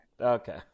Okay